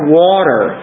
water